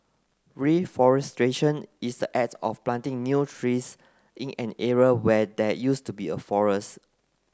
reforestation is the act of planting new trees in an area where there used to be a forest